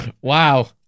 wow